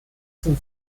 zum